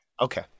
Okay